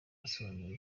asobanura